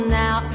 now